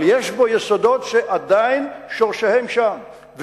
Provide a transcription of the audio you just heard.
אבל יש בו יסודות שעדיין שורשיהם שם,